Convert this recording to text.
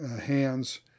hands